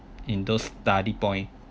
in those study point